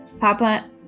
Papa